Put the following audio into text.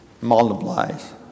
Multiplies